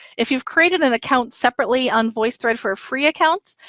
if you've created an account separately on voicethread for a free account,